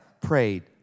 prayed